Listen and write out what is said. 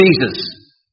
Jesus